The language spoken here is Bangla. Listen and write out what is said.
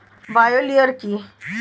বায়ো লিওর কি?